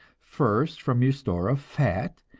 first from your store of fat,